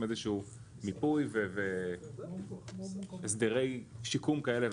איזה שהוא מיפוי והסדרי שיקום כאלה ואחרים.